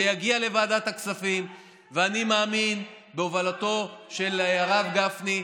זה יגיע לוועדת הכספים בהובלתו של הרב גפני,